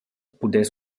pudess